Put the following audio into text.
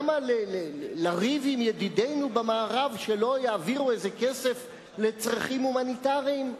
למה לריב עם ידידינו במערב שלא יעבירו איזה כסף לצרכים הומניטריים?